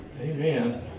Amen